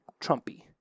Trumpy